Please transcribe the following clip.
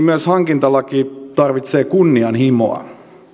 myös hankintalaki tarvitsee kunnianhimoa